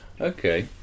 Okay